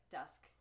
dusk